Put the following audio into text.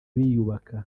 biyubaka